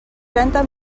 trenta